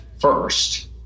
first